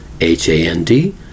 H-A-N-D